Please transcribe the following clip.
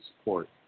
support